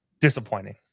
disappointing